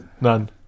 none